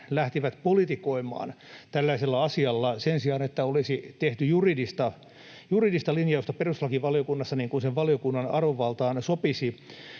lähtivät politikoimaan tällaisella asialla sen sijaan, että olisi tehty juridista linjausta perustuslakivaliokunnassa, niin kuin sen valiokunnan arvovaltaan sopisi.